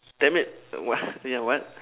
damn it what yeah what